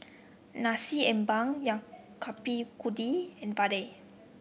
Nasi Ambeng yao Bak Kut Teh and vadai